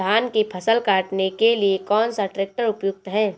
धान की फसल काटने के लिए कौन सा ट्रैक्टर उपयुक्त है?